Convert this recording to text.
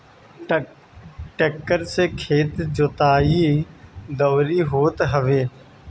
tractor से खेत के जोताई, दवरी होत हवे